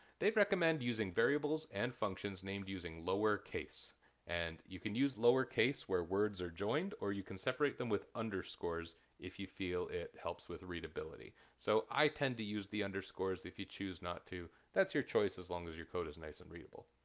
they'd recommend using variables and functions named using lower case and you can use lowercase where words are joined or you can separate them with underscores if you feel it helps with readability. so i tend to use the underscores. if you choose not to, that's your choice as long as your code is nice and readable.